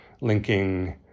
linking